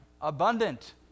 abundant